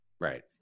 right